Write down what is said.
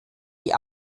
die